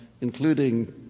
including